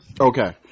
Okay